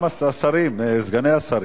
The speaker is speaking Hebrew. גם השרים, סגני השרים.